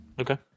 Okay